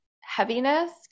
heaviness